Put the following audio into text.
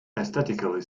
aesthetically